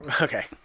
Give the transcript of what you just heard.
Okay